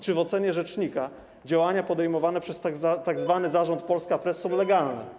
Czy w ocenie rzecznika działania podejmowane przez tzw. zarząd Polska Press są legalne?